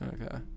Okay